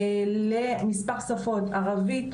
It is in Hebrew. למספר שפות: ערבית,